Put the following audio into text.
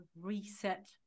reset